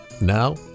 Now